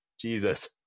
jesus